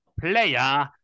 Player